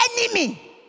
enemy